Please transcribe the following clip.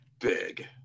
big